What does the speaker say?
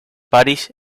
parís